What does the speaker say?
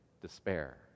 despair